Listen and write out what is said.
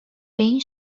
این